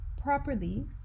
properly